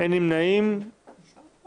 אין נמנעים, אין מתנגדים.